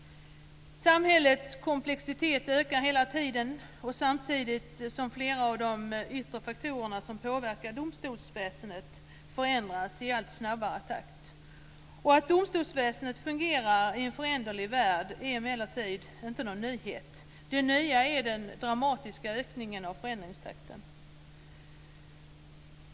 Samhällets komplexitet ökar hela tiden, samtidigt som flera av de yttre faktorerna som påverkar domstolsväsendet förändras i allt snabbare takt. Att domstolsväsendet fungerar i en föränderlig värld är emellertid inte någon nyhet. Det nya är den dramatiska ökningen av förändringstakten.